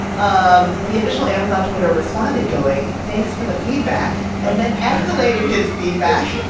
um the official amazon twitter responded, going, thanks for the feedback, and then escalated his feedback.